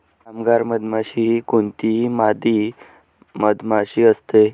कामगार मधमाशी ही कोणतीही मादी मधमाशी असते